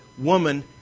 woman